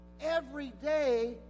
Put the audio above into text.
everyday